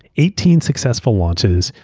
eighteen successful launches,